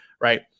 right